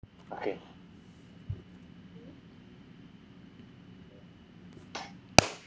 okay